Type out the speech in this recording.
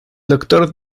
doctor